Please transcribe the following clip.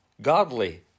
godly